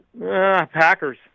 Packers